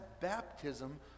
baptism